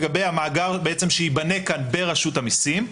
לגבי המאגר שייבנה כאן ברשות המסים.